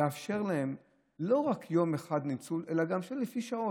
לאפשר להן לא רק יום אחד ניצול אלא גם לאפשר לפי שעות.